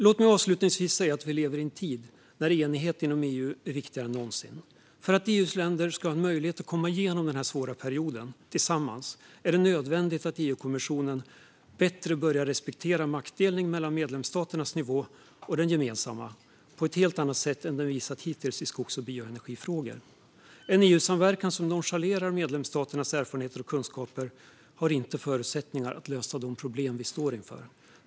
Låt mig avslutningsvis säga att vi lever i en tid när enighet inom EU är viktigare än någonsin. För att EU:s länder ska ha en möjlighet att komma igenom den här svåra perioden tillsammans är det nödvändigt att EU-kommissionen börjar respektera maktdelningen bättre mellan medlemsstaternas nivå och den gemensamma på ett helt annat sätt än den visat hittills i skogs och bioenergifrågor. En EU-samverkan som nonchalerar medlemsstaternas erfarenheter och kunskaper har inte förutsättningar att lösa de problem vi står inför.